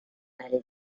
allée